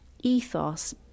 ethos